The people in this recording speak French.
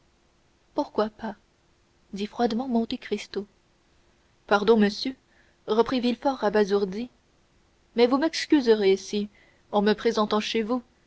pourquoi pas dit froidement monte cristo pardon monsieur reprit villefort abasourdi mais vous m'excuserez si en me présentant chez vous